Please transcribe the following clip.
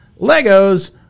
Legos